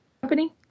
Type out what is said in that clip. company